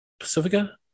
Pacifica